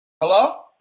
Hello